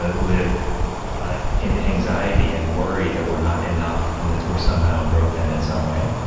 ah live ah in anxiety and worry that we're not enough and that we're somehow broken in some way.